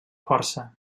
força